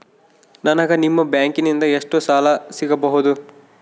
ನನಗ ನಿಮ್ಮ ಬ್ಯಾಂಕಿನಿಂದ ಎಷ್ಟು ಸಾಲ ಸಿಗಬಹುದು?